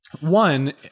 one